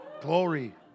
glory